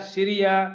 Syria